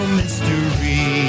mystery